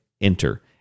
enter